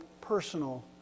personal